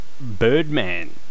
Birdman